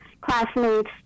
classmates